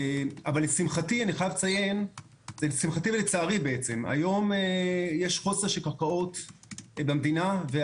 לשמחתי ולצערי היום יש חוסר של קרקעות במדינה.